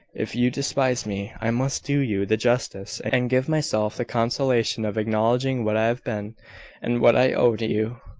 if you despise me, i must do you the justice, and give myself the consolation, of acknowledging what i have been, and what i owe to you.